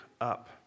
up